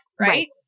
Right